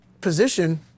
position